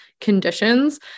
conditions